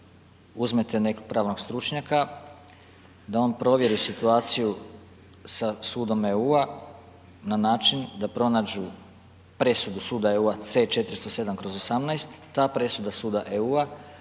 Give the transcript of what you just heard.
uzmete nekog pravnog stručnjaka da on provjeri situaciju sa sudom EU-a na način da pronađu presudu suda EU-a C-407/18, ta presuda suda EU-a